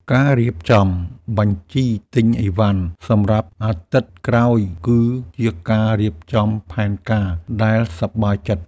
ការរៀបចំបញ្ជីទិញអីវ៉ាន់សម្រាប់អាទិត្យក្រោយ គឺជាការរៀបចំផែនការដែលសប្បាយចិត្ត។